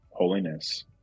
Holiness